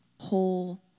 whole